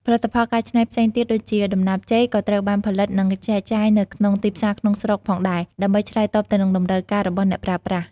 ផលិតផលកែច្នៃផ្សេងទៀតដូចជា ដំណាប់ចេក ក៏ត្រូវបានផលិត និងចែកចាយនៅក្នុងទីផ្សារក្នុងស្រុកផងដែរ ដើម្បីឆ្លើយតបទៅនឹងតម្រូវការ របស់អ្នកប្រើប្រាស់។